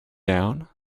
down